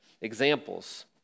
examples